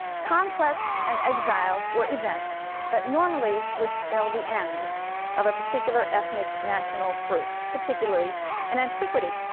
conquest and exile were events that normally would spell the end of a particular ethnic national group, particularly in antiquity.